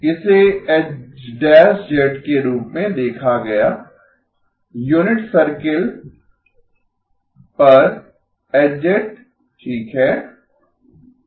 इसे के रूप में देखा गया यूनिट सर्किल पर H ठीक है